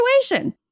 situation